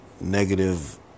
negative